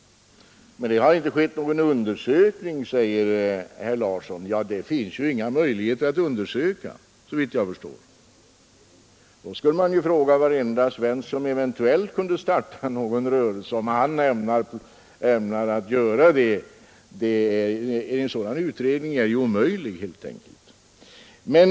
Men det har inte skett någon undersökning härvidlag, säger herr Larsson. Ja, det finns ju inga möjligheter att undersöka detta, såvitt jag förstår. Då skulle man fråga varenda svensk som eventuellt kunde starta någon rörelse, om han ämnar göra det. En sådan utredning är helt enkelt omöjlig att genomföra.